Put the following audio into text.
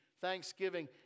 thanksgiving